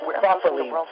properly